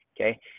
okay